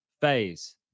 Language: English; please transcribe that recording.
Phase